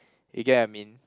you get I mean